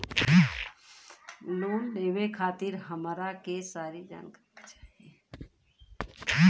Loan लेवे खातीर हमरा के सारी जानकारी चाही?